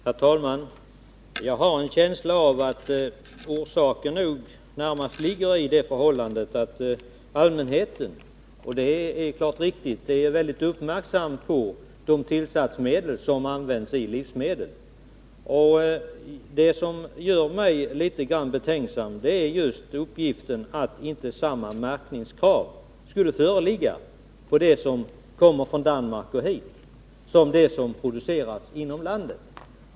Herr talman! Jag har en känsla av att orsaken närmast ligger i det förhållandet att allmänheten är mycket uppmärksam på de tillsatsämnen som används i livsmedel. Det som gör mig litet betänksam är just uppgiften att det inte skulle föreligga samma märkningskrav på det som kommer hit från Danmark som på det som produceras inom landet.